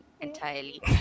entirely